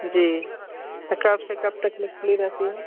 जी अब से कब तक लिए खुली रहती है